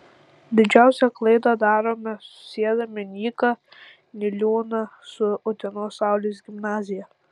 didžiausią klaidą darome siedami nyką niliūną su utenos saulės gimnazija